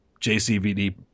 JCVD